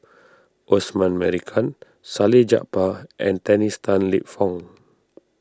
Osman Merican Salleh Japar and Dennis Tan Lip Fong